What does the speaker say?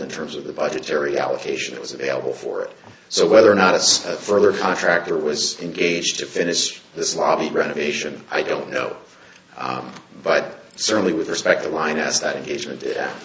in terms of the budgetary allocation it is available for it so whether or not it's for the contractor was engaged to finish this lobby renovation i don't know but certainly with respect to